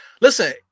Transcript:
Listen